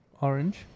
Orange